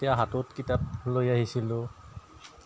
তেতিয়া হাতত কিতাপ লৈ আহিছিলোঁ